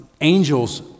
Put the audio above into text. angels